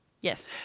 Yes